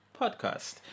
podcast